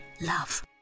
Love